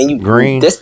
Green